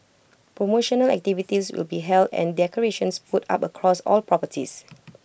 promotional activities will be held and decorations put up across all properties